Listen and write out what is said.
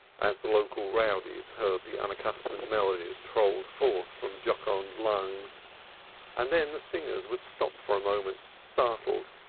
as the local rowdies heard the unaccustomed melodies trolled forth from jocund lungs and then the singers would stop for a moment, startled,